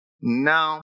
No